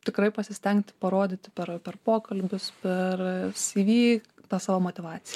tikrai pasistengti parodyti per per pokalbius per cv tą savo motyvaciją